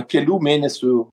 kelių mėnesių